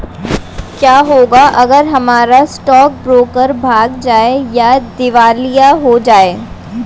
क्या होगा अगर हमारा स्टॉक ब्रोकर भाग जाए या दिवालिया हो जाये?